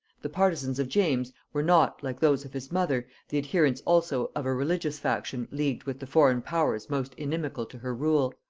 the partisans of james were not, like those of his mother, the adherents also of a religious faction leagued with the foreign powers most inimical to her rule,